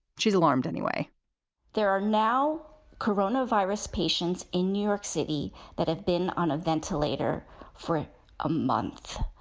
she's alarmed anyway there are now corona virus patients in new york city that have been on a ventilator for a month,